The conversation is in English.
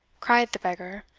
cried the beggar,